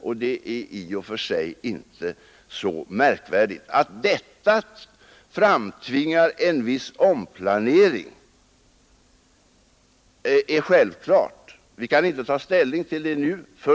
Men det är i och för sig inte så märkvärdigt. Och det är självklart att detta framtvingar en viss omplanering. Men vi kan inte ta ställning till det nu.